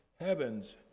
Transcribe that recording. heaven's